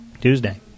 Tuesday